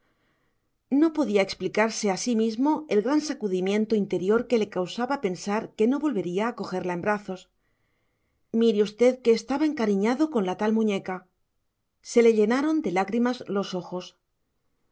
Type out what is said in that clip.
no podía explicarse a sí mismo el gran sacudimiento interior que le causaba pensar que no volvería a cogerla en brazos mire usted que estaba encariñado con la tal muñeca se le llenaron de lágrimas los ojos